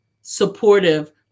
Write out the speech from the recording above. supportive